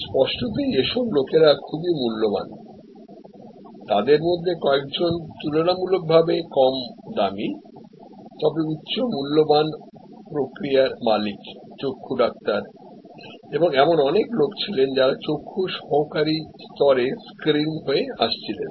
স্পষ্টতই এইসবলোকেরা খুব মূল্যবান তাদের মধ্যে কয়েকজন চোখের ডাক্তার তুলনামূলকভাবে কম দামি তবে তারা কোন উচ্চমূল্যের প্রসেস চালায় এবং এমন অনেক লোক ছিলেন যাদের অপথালমিক অ্যাসিস্ট্যান্টরা প্রথমে স্ক্রিন করছিলেন